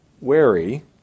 wary